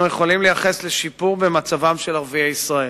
אנחנו יכולים לייחס לשיפור במצבם של ערביי ישראל.